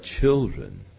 children